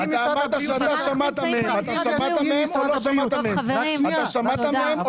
אתה אמרת שאתה שמעת מהם, אתה שמעת מהם?